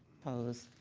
opposed?